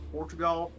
Portugal